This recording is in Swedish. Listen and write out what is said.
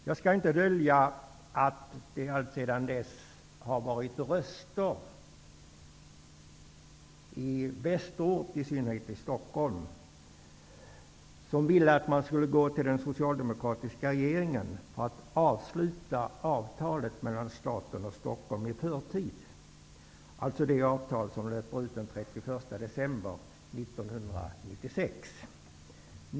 Jag skall inte dölja att det alltsedan dess har höjts röster i synnerhet i Västerort, som ville att den socialdemokratiska regeringen skulle avsluta avtalet mellan staten och Stockholm i förtid, dvs. det avtal som löper ut den 31 december 1996.